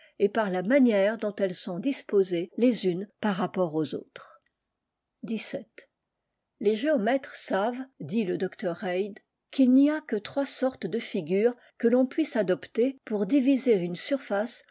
et par la manière dont elles sont disposées les unes par rapport aux autres xvii les géomètres savent dît le d reid qu'a n'y a que trois sortes de figures que l'on puisse adopter pour diviser une surface